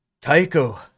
Tycho